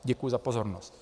Děkuji za pozornost.